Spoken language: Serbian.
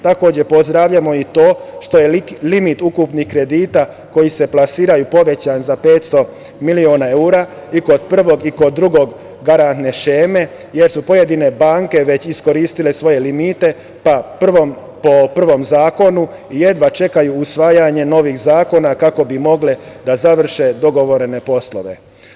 Takođe, pozdravljamo i to što je limit ukupnih kredita, koji se plasiraju, povećan za 500 miliona evra i kod prve i kod druge garantne šeme, jer su pojedine banke već iskoristile svoje limite, pa po prvom zakonu jedva čekaju usvajanje novih zakona kako bi mogle da završe dogovorene poslove.